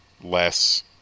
less